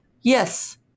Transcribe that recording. Yes